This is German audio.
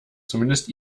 zumindest